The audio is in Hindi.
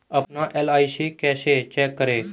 अपना एल.आई.सी कैसे चेक करें?